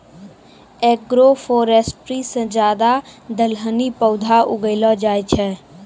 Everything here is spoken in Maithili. एग्रोफोरेस्ट्री से ज्यादा दलहनी पौधे उगैलो जाय छै